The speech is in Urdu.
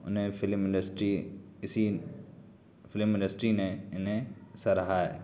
انہیں فلم انڈسٹری اسی فلم انڈسٹری نے انہیں سراہا ہے